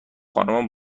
خانمم